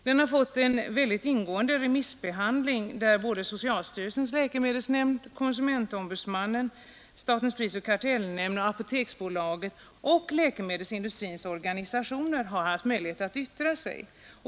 Den har fått en mycket ingående remissbehandling, där både socialstyrelsens läkemedelsnämnd, konsumentombudsmannen, statens prisoch kartellnämnd, Apoteksbolaget och läkemedelsindustrins organisationer har haft möjlighet att yttra sig.